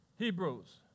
Hebrews